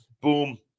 boom